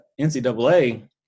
NCAA